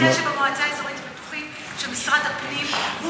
אדוני יודע שבמועצה האזורית בטוחים שמשרד הפנים הוא